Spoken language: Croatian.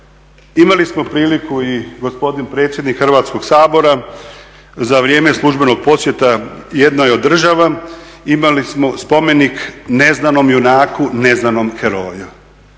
Imali smo priliku i gospodin predsjednik Hrvatskog sabora za vrijeme službenog posjeta jednoj od država, imali smo spomenik neznanom junaku, neznanom heroju.